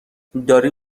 دارین